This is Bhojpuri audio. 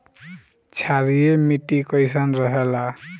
क्षारीय मिट्टी कईसन रहेला?